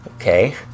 Okay